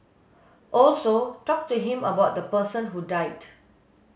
also talk to him about the person who died